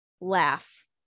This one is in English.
laugh